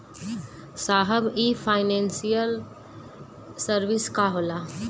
साहब इ financial service का होला?